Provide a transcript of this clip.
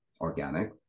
organic